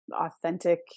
authentic